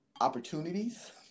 opportunities